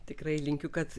tikrai linkiu kad